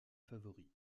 favoris